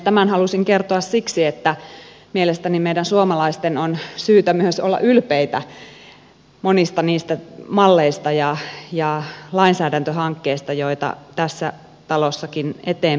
tämän halusin kertoa siksi että mielestäni meidän suomalaisten on syytä myös olla ylpeitä monista niistä malleista ja lainsäädäntöhankkeista joita tässäkin talossa eteenpäin viedään